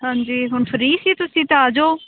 ਹਾਂਜੀ ਹੁਣ ਫਰੀ ਸੀ ਤੁਸੀਂ ਤਾਂ ਆ ਜਾਓ